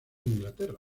inglaterra